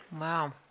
Wow